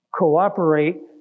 cooperate